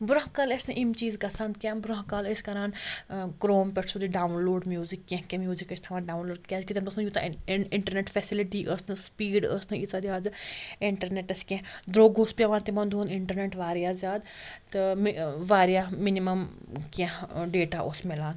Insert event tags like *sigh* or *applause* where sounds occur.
برٛونٛہہ کالہِ ٲسۍ نہٕ یِم چیٖز گژھان کیٚنٛہہ برٛونٛہہ کالہِ ٲسۍ کَران ٲں کرٛوم پٮ۪ٹھ سیٚودٕے ڈاوُن لوڈ میٛوٗزِک کیٚنٛہہ کیٚنٛہہ میٛوٗزِک ٲسۍ تھاوان ڈاوُن لوڈ کیٛازِکہِ تَمہِ دۄہ ٲسۍ نہٕ یوٗتاہ اِنٹَرنیٚٹ فیسَلٹی ٲس نہٕ سپیٖڈ ٲس نہٕ ییٖژاہ زیاد *unintelligible* اِنٹَرنیٚٹَس کیٚنٛہہ درٛوگ اوس پیٚوان تِمَن دۄہَن اِنٹَرنیٚٹ واریاہ زیادٕ تہٕ ٲں واریاہ مِنِمَم کیٚنٛہہ ٲں ڈیٹا اوس میلان